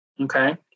okay